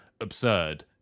absurd